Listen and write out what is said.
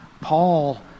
Paul